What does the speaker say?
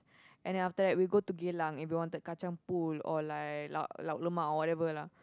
and then after that we go to Geylang if we wanted Kacang-Pool or like Lauk Lauk-Lemak or whatever lah